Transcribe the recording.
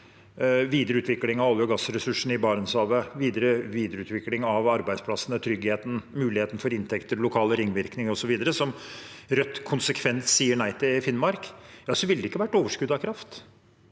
videreutvikling av olje- og gassressursene i Barentshavet, videreutvikling av arbeidsplassene, tryggheten, muligheten for inntekter, lokale ringvirkninger og så videre, som Rødt konsekvent sier nei til i Finnmark, ville det ikke vært overskudd av kraft.